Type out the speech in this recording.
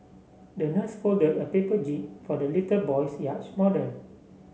the nurse folded a paper jib for the little boy's yacht model